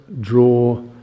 draw